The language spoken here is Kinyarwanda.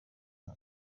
nto